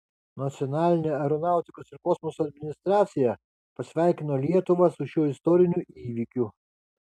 nacionalinė aeronautikos ir kosmoso administracija pasveikino lietuvą su šiuo istoriniu įvykiu